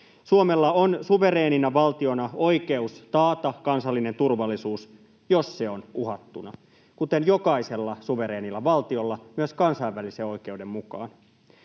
Suomella on suvereenina valtiona oikeus taata kansallinen turvallisuus, jos se on uhattuna, kuten jokaisella suvereenilla valtiolla — myös kansainvälisen oikeuden mukaan.